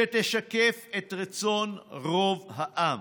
שתשקף את רצון רוב העם.